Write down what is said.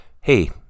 hey